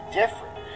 different